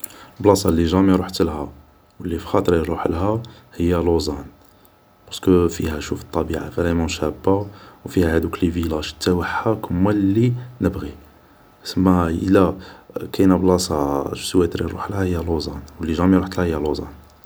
لبلاصة لي جامي روحتلها و لي في خاطري نروحلها هي لوزان باسكو شوف فيها الطبيعة فريمون شابة و فيها هادوك لي فيلاج تاوعها كيما لي نبغي تسما إلا كاينة بلاصة جو سوتري نروحلها هي لوزان و لي جامي روحتلها هي لوزان